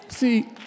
See